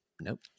nope